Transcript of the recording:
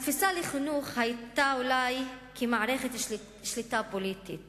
תפיסת החינוך אולי היתה כמערכת שליטה פוליטית